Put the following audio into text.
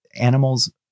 Animals